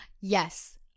yes